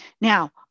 Now